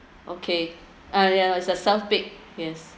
okay uh yes it's uh self pick yes